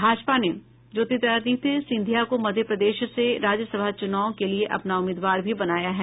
भाजपा ने ज्योतिरादित्य सिंधिया को मध्य प्रदेश से राज्यसभा चूनाव के लिये अपना उम्मीदवार भी बनाया है